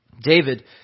David